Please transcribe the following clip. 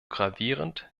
gravierend